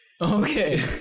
Okay